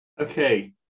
Okay